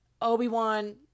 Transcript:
Obi-Wan